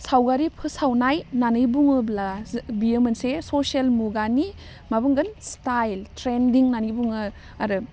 सावगारि फोसावनाय होन्नानै बुङोब्ला जो बियो मोनसे ससेल मुगानि मा बुंगोन स्टाइल ट्रेन्डिं होन्नानै बुङो आरो